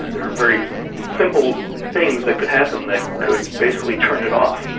there are very simple things that could happen that could basically turn it off,